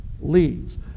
leads